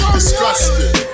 Disgusting